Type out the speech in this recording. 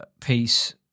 piece